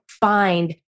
find